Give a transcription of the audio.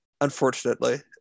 unfortunately